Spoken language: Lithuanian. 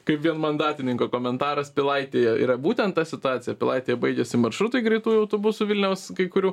kaip vienmandatininko komentaras pilaitėje yra būtent ta situacija pilaitėje baigiasi maršrutai greitųjų autobusų vilniaus kai kurių